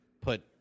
put